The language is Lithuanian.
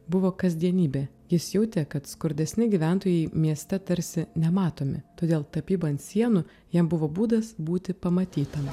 buvo kasdienybė jis jautė kad skurdesni gyventojai mieste tarsi nematomi todėl tapyba ant sienų jam buvo būdas būti pamatytam